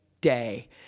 day